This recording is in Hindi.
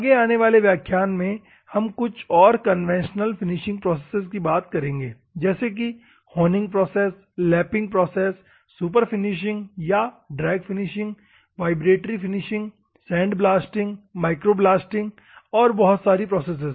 आगे आने वाले व्याख्यान में हम कुछ और कन्वेंशनल फिनिशिंग प्रोसेसेज की बात करेंगे जैसे कि honing process lapping process super finishing या drag finishing vibratory finishing sandblasting micro blasting और बहुत सारी प्रोसेसेज